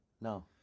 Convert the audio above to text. No